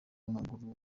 w’amaguru